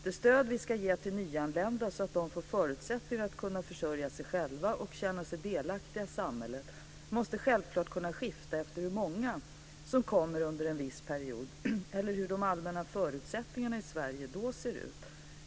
Det stöd vi ska ge till nyanlända så att de får förutsättningar att försörja sig själva och känna sig delaktiga i samhället måste självklart kunna skifta efter hur många som kommer under en viss period eller hur de allmänna förutsättningarna i Sverige då ser ut.